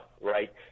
right